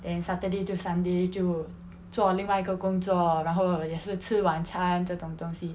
then saturday to sunday 就做另外一个工作然后也是吃晚餐这种东西